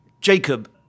Jacob